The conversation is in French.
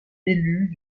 élue